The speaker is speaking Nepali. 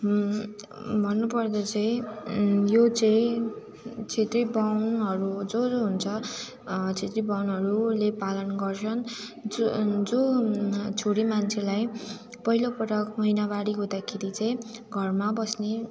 भन्नुपर्दा चाहिँ यो चाहिँ छेत्री बाहुनहरू जो जो हुन्छ छेत्री बाहुनहरूले पालन गर्छन् जो जो छोरीमान्छेलाई पहिलेपटक महिनावारी हुँदाखेरि चाहिँ घरमा बस्ने